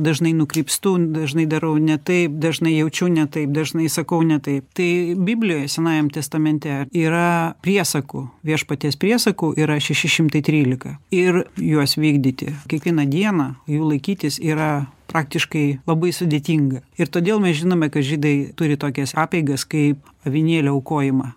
dažnai nukrypstu dažnai darau ne taip dažnai jaučiu ne taip dažnai sakau ne taip tai biblijoj senajam testamente yra priesakų viešpaties priesakų yra šeši šimtai trylika ir juos vykdyti kiekvieną dieną jų laikytis yra praktiškai labai sudėtinga ir todėl mes žinome kad žydai turi tokias apeigas kaip avinėlio aukojimą